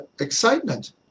excitement